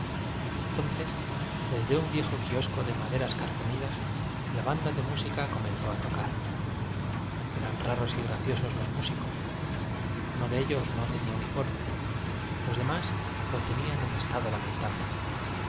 entonces desde un viejo kios co de maderas carcomidas la banda de mú sica comenzó a tocar eran raros y gra ciosos los músicos uno de ellos no tenía uniforme los demás lo tenían en estado lamentable